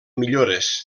millores